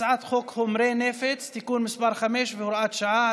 הצעת חוק חומרי נפץ (תיקון מס' 5 והוראת שעה),